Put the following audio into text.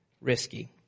risky